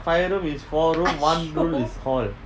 five room is four room one room is hall